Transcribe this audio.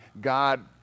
God